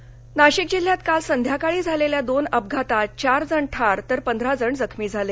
अपघात नाशिक नाशिक जिल्ह्यात काल संध्याकाळी झालेल्या दोन अपघातात चार जण ठार तर पंधरा जण जखमी झाले